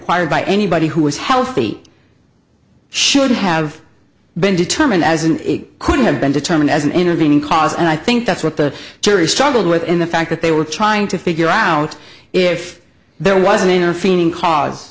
acquired by anybody who was healthy should have been determined as an it could have been determined as an intervening cause and i think that's what the jury struggled with in the fact that they were trying to figure out if there was an inner feeling cause